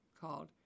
called